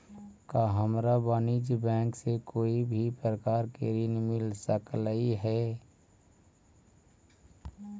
का हमरा वाणिज्य बैंक से कोई भी प्रकार के ऋण मिल सकलई हे?